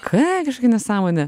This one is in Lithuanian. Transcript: ką kažkokia nesąmonė